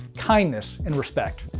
kindness and respect.